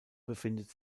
befindet